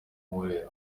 nkorera